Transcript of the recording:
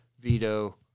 Veto